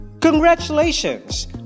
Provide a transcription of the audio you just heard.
Congratulations